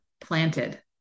planted